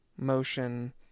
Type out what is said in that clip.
motion